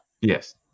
Yes